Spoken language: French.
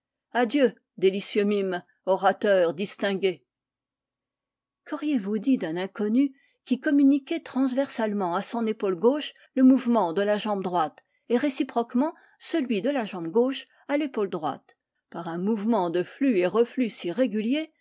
adieu délicieux mime orateur distingué quauriez vous dit d'un inconnu qui communiquait transversalement à son épaule gauche le mouvement de la jambe droite et réciproquement celui de la jambe gauche à l'épaule droite par un mouvement de flux et de reflux si régulier